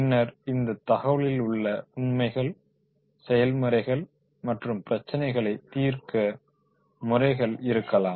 பின்னர் இந்த தகவல்களில் உள்ள உண்மைகள் செயல்முறைகள் மற்றும் பிரச்சினைகளை தீர்க்கும் முறைகள் இருக்கலாம்